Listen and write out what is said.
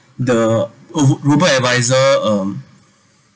the ro~ robo adviser um